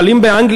אבל אם באנגליה,